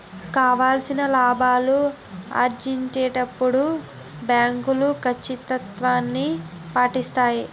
కావాల్సిన లాభాలు ఆర్జించేటప్పుడు బ్యాంకులు కచ్చితత్వాన్ని పాటిస్తాయి